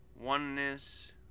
oneness